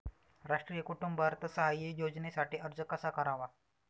राष्ट्रीय कुटुंब अर्थसहाय्य योजनेसाठी अर्ज कसा करावा?